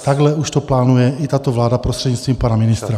Takhle už to plánuje i tato vláda prostřednictvím pana ministra.